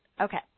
okay